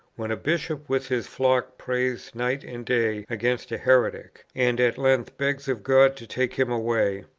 when a bishop with his flock prays night and day against a heretic, and at length begs of god to take him away,